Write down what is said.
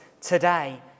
today